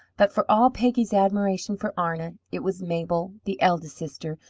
but for all peggy's admiration for arna, it was mabel, the eldest sister,